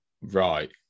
Right